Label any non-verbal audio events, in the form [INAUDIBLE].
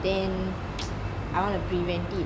then [NOISE] I want to prevent it